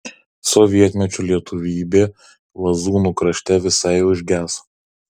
sovietmečiu lietuvybė lazūnų krašte visai užgeso